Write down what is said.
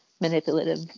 Manipulative